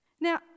Now